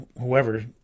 whoever